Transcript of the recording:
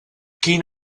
quin